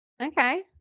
Okay